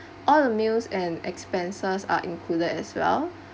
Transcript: all the meals and expenses are included as well